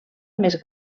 més